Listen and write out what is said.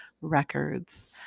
records